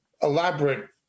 elaborate